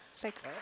Thanks